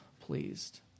pleased